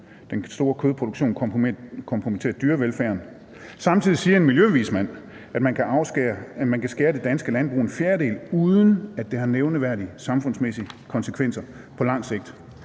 den store kødproduktion kompromitterer dyrevelfærden. Samtidig siger en miljøvismand, at man kan skære en fjerdedel i det danske landbrug, uden at det har nævneværdige samfundsmæssige konsekvenser på lang sigt.